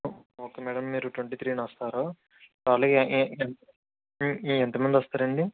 okay madam మీరు twenty three న వస్తారు అలాగే ఎ ఎంతమంది వస్తారండి